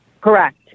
correct